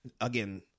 again